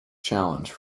challenge